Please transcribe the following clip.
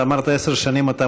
אתה אמרת שעשר שנים אתה מוביל.